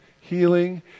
Healing